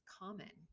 common